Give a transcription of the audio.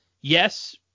yes